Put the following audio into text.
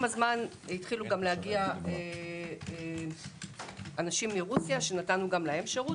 עם הזמן החלו להגיע אנשים מרוסיה שנתנו גם להם שירות